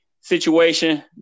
situation